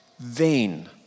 vain